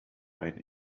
ein